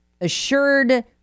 assured